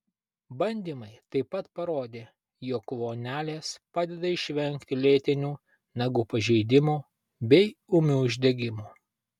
bandymai taip pat parodė jog vonelės padeda išvengti lėtinių nagų pažeidimų bei ūmių uždegimų